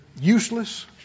Useless